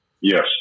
yes